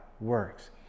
works